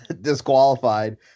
disqualified